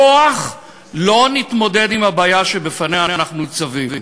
בכוח לא נתמודד עם הבעיה שבפניה אנחנו ניצבים.